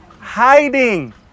Hiding